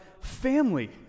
family